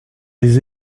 des